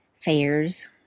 fairs